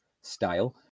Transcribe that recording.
style